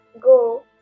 go